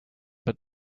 but